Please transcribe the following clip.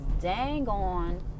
dang-on